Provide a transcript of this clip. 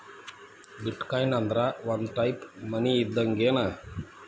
ಬಿಟ್ coin ಅಂದ್ರ ಒಂದ type money ಇದ್ದಂಗ್ಗೆನ್